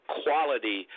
quality